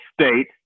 state